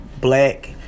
black